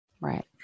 Right